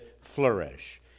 flourish